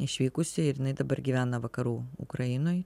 išvykusi ir jinai dabar gyvena vakarų ukrainoj